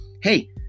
hey